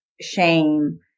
shame